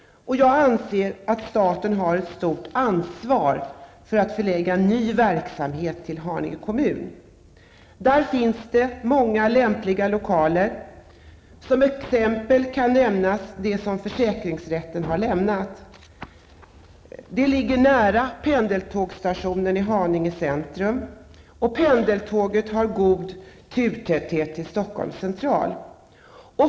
Jag anser att staten har ett stort ansvar för att förlägga ny verksamhet till Haninge kommun. Där finns det många lämpliga lokaler. Som exempel kan nämnas de som försäkringsrätten har lämnat. De ligger nära pendeltågsstationen i Haninge centrum, och pendeltåget har god turtäthet till Stockholms central.